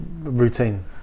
routine